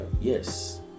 Yes